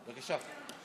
בבקשה.